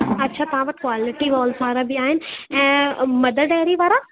अच्छा तव्हां वटि क्वालिटी वॉल्स वारा बि आहिनि ऐं मदर डेरी वारा